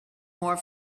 more